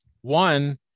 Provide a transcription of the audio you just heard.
one